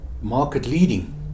market-leading